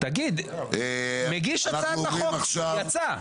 מגיש הצעת החוק יצא.